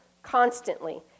constantly